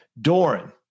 doran